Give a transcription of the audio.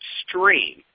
stream